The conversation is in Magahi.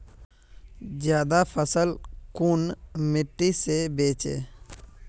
ज्यादा फसल कुन मिट्टी से बेचे?